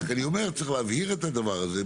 אני רק אומר שצריך להבהיר את הדבר הזה,